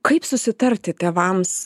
kaip susitarti tėvams